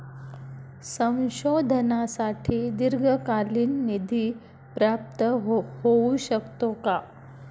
संशोधनासाठी दीर्घकालीन निधी प्राप्त होऊ शकतो का?